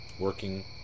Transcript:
working